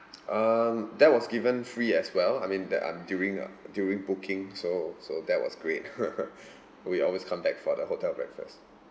um that was given free as well I mean that I'm during uh during booking so so that was great we always come back for the hotel breakfast